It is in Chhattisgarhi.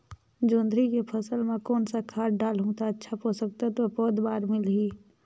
जोंदरी के फसल मां कोन सा खाद डालहु ता अच्छा पोषक तत्व पौध बार मिलही?